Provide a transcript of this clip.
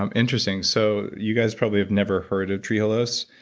um interesting. so you guys probably have never heard of trehalose.